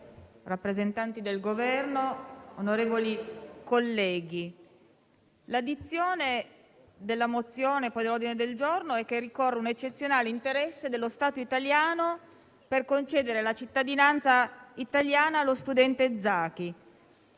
Presidente, rappresentanti del Governo, onorevoli colleghi, la dizione della mozione e poi dell'ordine del giorno in esame è che ricorre un eccezionale interesse dello Stato italiano a concedere la cittadinanza italiana allo studente Zaki.